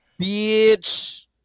bitch